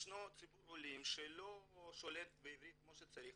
ישנו ציבור עולים שלא שולט בעברית כפי שצריך,